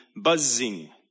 buzzing